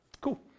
Cool